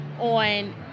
on